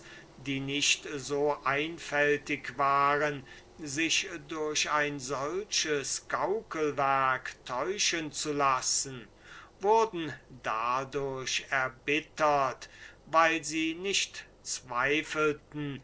die nicht so einfältig waren sich durch solches gaukelwerk täuschen zu lassen wurden dadurch erbittert weil sie nicht zweifelten